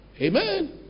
Amen